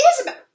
Isabel